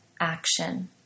action